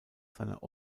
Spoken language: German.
seiner